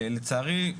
לצערי,